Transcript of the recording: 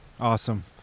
awesome